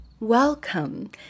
Welcome